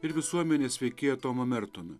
ir visuomenės veikėją tomą mertoną